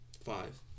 Five